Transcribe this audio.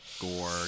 Gore